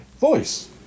voice